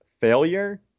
failure